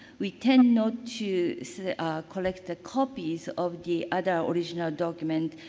we tend not to sort of collect the copies of the other original document,